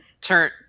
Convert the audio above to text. Turn